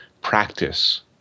practice